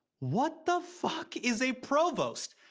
what the fuck is a provost?